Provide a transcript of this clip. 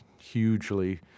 hugely